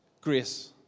grace